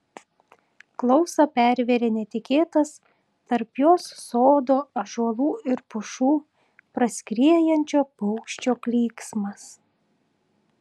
klausą pervėrė netikėtas tarp jos sodo ąžuolų ir pušų praskriejančio paukščio klyksmas